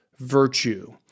virtue